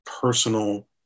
personal